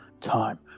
time